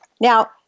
Now